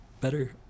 better